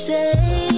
Say